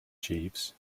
jeeves